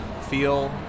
feel